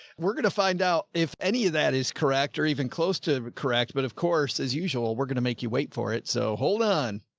we're going to find out any of that is correct or even close to correct, but of course, as usual, we're going to make you wait for it. so hold on.